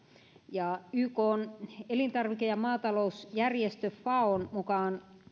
ja ykn elintarvike ja maatalousjärjestö faon mukaan